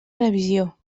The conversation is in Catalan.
revisió